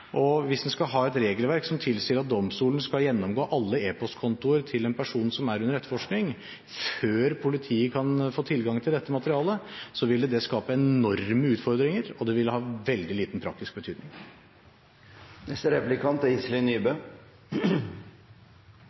frem. Hvis en skal ha et regelverk som tilsier at domstolen skal gjennomgå alle e-postkontoene til en person som er under etterforskning, før politiet kan få tilgang til dette materialet, ville det skape enorme utfordringer, og det ville ha veldig liten praktisk